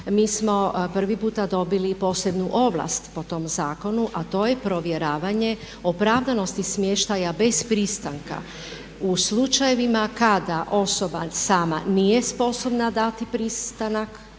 Mi smo prvi puta dobili i posebnu ovlast po tom zakonu a to je provjeravanje opravdanosti smještaja bez pristanka u slučajevima kada osoba sama nije sposobna dati pristanak,